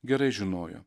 gerai žinojo